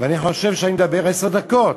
ואני חושב שאני מדבר עשר דקות.